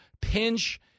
pinch